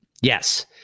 Yes